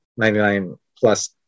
99-plus